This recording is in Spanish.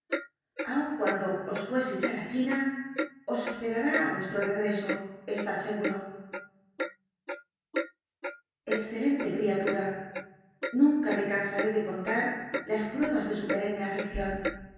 aun cuando os fueseis á la china os esperará á mcslro regreso estad seguro i excelente criatura i un ca me cansaré de conun las ptuebas de su perenne afcccion